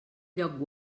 lloc